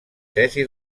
tesi